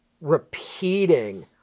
repeating